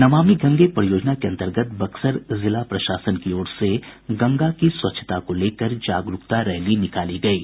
नमामि गंगे परियोजना के अंतर्गत बक्सर जिला प्रशासन की ओर से गंगा स्वच्छता को लेकर जागरूकता रैली निकाली गयी